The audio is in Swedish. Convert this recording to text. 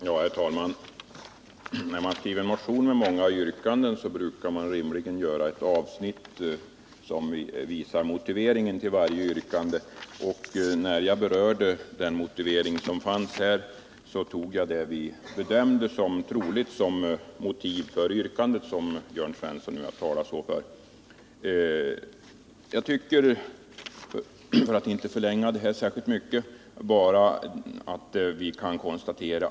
Herr talman! När man skriver motioner med många yrkanden brukar man avsnittsvis redovisa motiveringen till varje yrkande. När jag berörde motiveringen tog jag upp det som vi i utskottet bedömde var det troliga motivet för yrkandet.